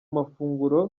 mafunguro